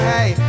Hey